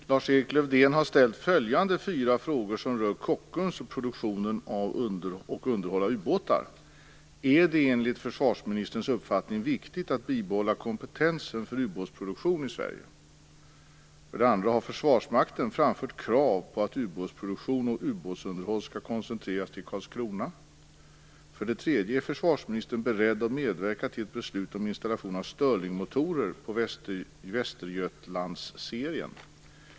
Fru talman! Lars-Erik Lövdén har ställt följande fyra frågor som rör Kockums produktion och underhåll av ubåtar. 1. Är det enligt försvarsministerns uppfattning viktigt att bibehålla kompetensen för utbåtsproduktion i Sverige? 2. Har Försvarsmakten framfört krav på att ubåtsproduktion och utbåtsunderhåll skall koncentreras till Karlskrona? 3. Är försvarsministern beredd att medverka till ett beslut om installation av Sterlingmotorer på Västergötlandsserien?